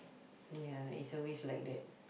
ya it's always like that